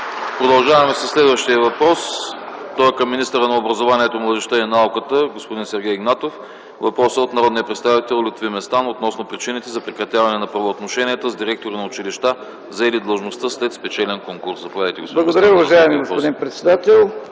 Продължаваме със следващия въпрос. Той е към министъра на образованието, младежта и науката – господин Сергей Игнатов. Въпросът е от народния представител Лютви Местан относно причините за прекратяване на правоотношенията с директори на училища, заели длъжността след спечелен конкурс. Заповядайте, господин